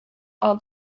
are